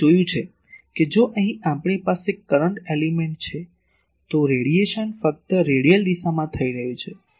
તમે જોયું છે કે જો અહીં આપણી પાસે કરંટ એલીમેન્ટ છે તો રેડિયેશન ફક્ત રેડિયલ દિશામાં થઈ રહ્યું છે